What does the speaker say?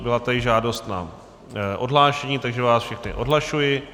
Byla tady žádost na odhlášení, takže vás všechny odhlašuji.